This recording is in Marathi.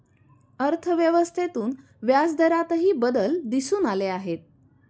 अर्थव्यवस्थेतून व्याजदरातही बदल दिसून आले आहेत